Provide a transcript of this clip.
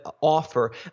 offer